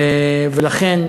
ולכן,